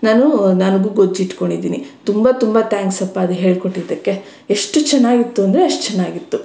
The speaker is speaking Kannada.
ನಾನು ನನಗೂ ಗೊಜ್ಜು ಇಟ್ಟ್ಕೊಂಡಿದ್ದೀನಿ ತುಂಬ ತುಂಬ ಥ್ಯಾಂಕ್ಸ್ ಅಪ್ಪ ಅದು ಹೇಳಿಕೊಟ್ಟಿದ್ದಕ್ಕೆ ಎಷ್ಟು ಚೆನ್ನಾಗಿತ್ತು ಅಂದರೆ ಅಷ್ಟು ಚೆನ್ನಾಗಿತ್ತು